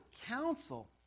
counsel